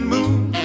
Moon